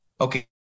okay